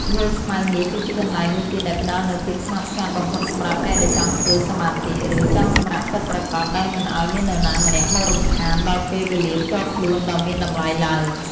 វាលស្មៅមាស គឺជាកន្លែងមួយទៀតដែលផ្តល់នូវភាពស្ងប់ស្ងាត់បំផុតសម្រាប់អ្នកដែលចង់ធ្វើសមាធិ ឬ ចង់សម្រាកពិតប្រាកដដោយមិនឱ្យមាននរណាម្នាក់មករំខានដល់ពេលវេលាផ្ទាល់ខ្លួនដ៏មានតម្លៃឡើយ។